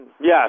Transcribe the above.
Yes